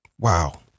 Wow